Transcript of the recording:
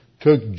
took